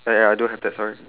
downwards right